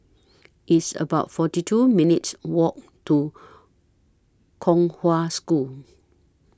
It's about forty two minutes' Walk to Kong Hwa School